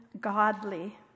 godly